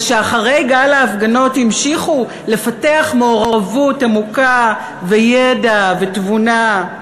ושאחרי גל ההפגנות המשיכו לפתח מעורבות עמוקה וידע ותבונה.